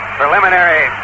preliminary